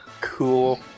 Cool